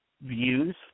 views